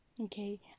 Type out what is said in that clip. Okay